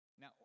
Now